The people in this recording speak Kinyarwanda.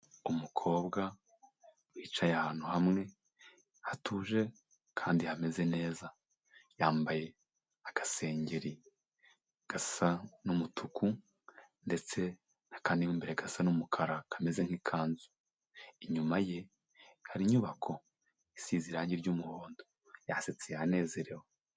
Umukobwa wicaye ahantu hamwe, hatuje kandi hameze neza; yambaye agasengeri gasa n'umutuku, ndetse akandi mo imbere gasa n'umukara, kameze nk'ikanzu. Inyuma ye hari inyubako, isize irangi ry'umuhondo. Yasetse yanezerewe.